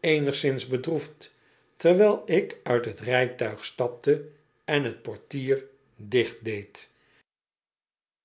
eenigszins bedroefd terwijl ik uit t rijtuig stapte en t portier